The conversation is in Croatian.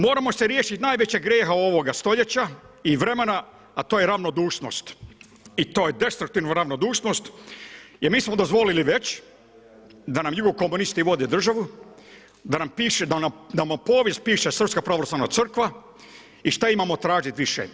Moramo se riješiti najvećeg grijeha ovoga stoljeća i vremena, a to je ravnodušnost i to je destruktivna ravnodušnost jer mi smo dozvolili već da nam jugokomunisti vode državu, da nam povijest piše srpska pravoslavna crkva i šta imamo tražiti više.